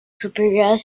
superior